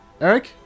Eric